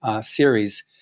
series